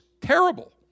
terrible